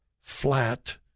flat